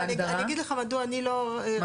אני אגיד לך מדוע אני לא רציתי.